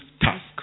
task